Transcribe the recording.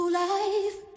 life